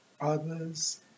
others